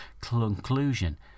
conclusion